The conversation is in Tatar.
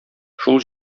шул